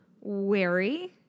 wary